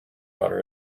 butter